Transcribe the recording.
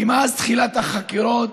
כי מאז תחילת החקירות